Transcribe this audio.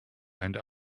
and